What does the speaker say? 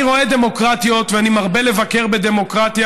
אני רואה דמוקרטיות ואני מרבה לבקר בדמוקרטיה,